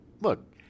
look